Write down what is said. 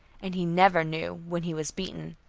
and he never knew when he was beaten.